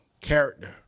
Character